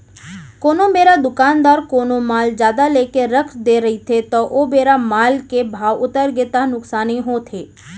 कोनो बेरा दुकानदार कोनो माल जादा लेके रख दे रहिथे ओ बेरा माल के भाव उतरगे ता नुकसानी होथे